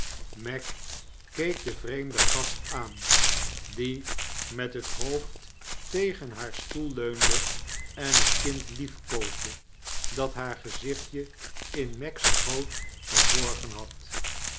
meg keek den vreemden gast aan die met het hoofd tegen haar stoel leunde en het kind liefkoosde dat haar gezichtje in meg's schoot verborgen had